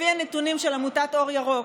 לפי הנתונים של עמותת אור ירוק,